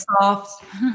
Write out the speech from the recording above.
soft